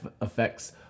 affects